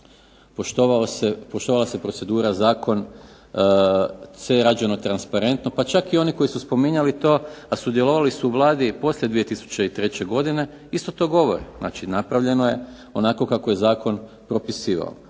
poštovala se procedura, Zakon, sve je rađeno transparentno, pa čak i oni koji su spominjali to a sudjelovali su u Vladi poslije 2003. godine isto to govore, znači napravljeno je onako kako je Zakon propisivao.